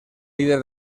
líder